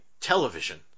television